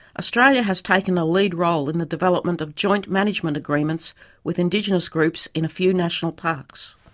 australia has, taken a lead role in the development of joint management agreements with indigenous groups in a few national parks.